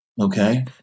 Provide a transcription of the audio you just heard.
okay